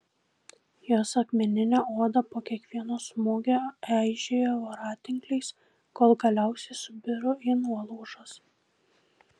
jos akmeninė oda po kiekvieno smūgio eižėjo voratinkliais kol galiausiai subiro į nuolaužas